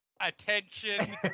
attention